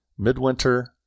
Midwinter